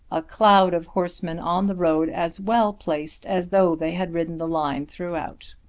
a cloud of horsemen on the road as well placed as though they had ridden the line throughout.